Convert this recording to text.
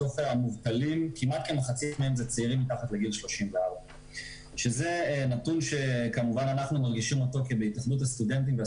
מתוך המובטלים כמעט מחצית מהם הם צעירים מתחת לגיל 34. זה נתון שאנחנו מרגישים אותו כי בהתאחדות הסטודנטים אנחנו